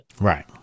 Right